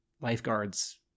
lifeguard's